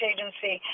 Agency